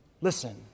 listen